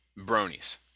bronies